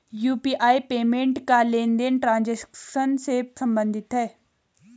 UPI payment का लेनदेन transaction से सम्बंधित है